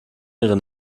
ihre